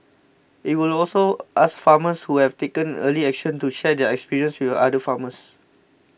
it will also ask farmers who have taken early action to share their experience with other farmers